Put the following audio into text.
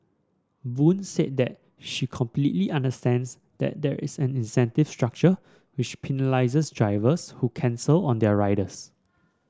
Boon said that she completely understands that there is an incentive structure which penalises drivers who cancel on their riders